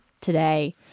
today